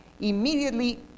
Immediately